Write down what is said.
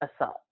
assault